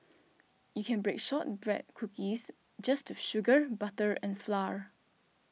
you can bake Shortbread Cookies just with sugar butter and flour